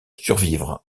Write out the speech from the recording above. survivre